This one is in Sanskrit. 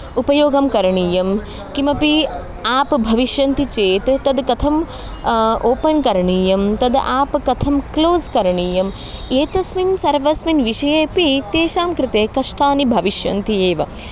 उपयोगं करणीयं किमपि आप् भविष्यन्ति चेत् तद् कथम् ओपन् करणीयं तद् आप् कथं क्लोस् करणीयम् एतस्मिन् सर्वस्मिन् विषयेपि तेषां कृते कष्टानि भविष्यन्ति एव